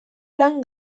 lan